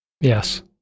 Yes